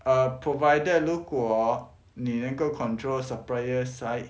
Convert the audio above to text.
err provided 如果你能够 control supplier side